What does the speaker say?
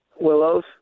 Willows